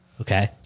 okay